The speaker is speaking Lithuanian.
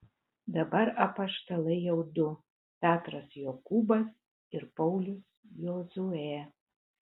dabar apaštalai jau du petras jokūbas ir paulius jozuė